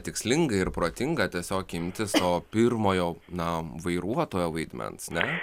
tikslinga ir protinga tiesiog imtis to pirmojo na vairuotojo vaidmens ne